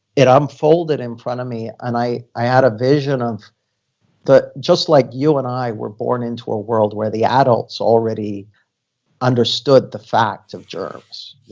it unfolded in front of me. and i i had a vision of just like you and i were born into a world where the adults already understood the facts of germs.